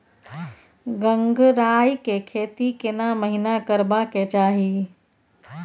गंगराय के खेती केना महिना करबा के चाही?